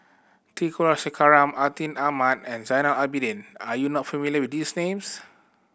T Kulasekaram Atin Amat and Zainal Abidin are you not familiar with these names